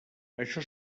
això